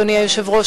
אדוני היושב-ראש,